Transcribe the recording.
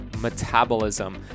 Metabolism